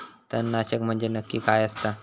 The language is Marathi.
तणनाशक म्हंजे नक्की काय असता?